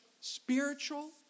spiritual